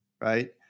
Right